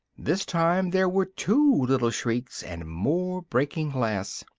this time there were two little shrieks, and more breaking glass